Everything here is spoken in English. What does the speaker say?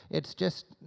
it's just,